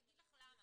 אני אגיד לך למה.